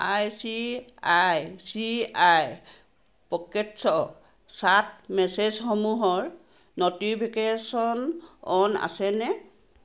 I C I C I Pockets chat মেছেজসমূহৰ notification on আছেনে